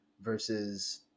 versus